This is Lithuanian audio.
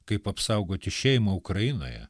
kaip apsaugoti šeimą ukrainoje